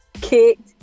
kicked